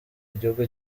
igihugu